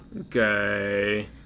Okay